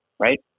Right